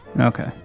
Okay